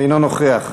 אינו נוכח.